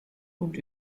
und